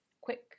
quick